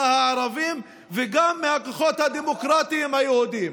הערבים וגם מהכוחות הדמוקרטיים היהודים.